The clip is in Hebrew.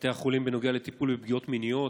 בבתי החולים בנוגע לטיפול בפגיעות מיניות,